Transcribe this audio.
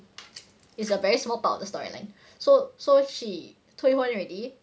it's a very small part of the storyline so so she 退婚 already